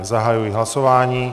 Zahajuji hlasování.